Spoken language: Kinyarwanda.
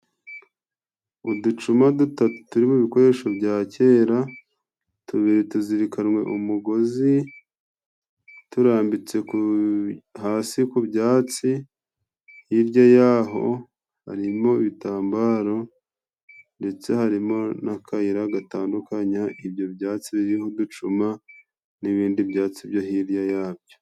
Uducuma dutatu turi mu bikoresho bya kera, tubiri tuzirikanwe umugozi turambitse hasi ku byatsi. Hirya yaho harimo ibitambaro ndetse harimo n'akayira gatandukanya ibyo byatsi biriho uducuma n'ibindi byatsi byo hirya yabyo.